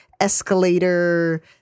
escalator